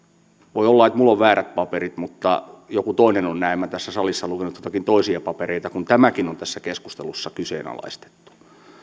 voi olla että minulla on väärät paperit mutta joku toinen on näemmä tässä salissa lukenut joitakin toisia papereita kun tämäkin on tässä keskustelussa kyseenalaistettu